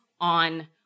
on